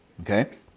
okay